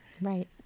right